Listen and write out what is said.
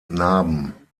narben